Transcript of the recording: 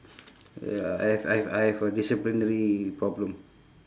ya I have I have I have a disciplinary problem